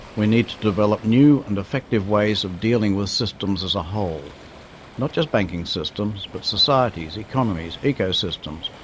we need to develop new and effective ways of dealing with systems as a whole not just banking systems, but societies, economies, ecosystems,